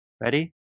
Ready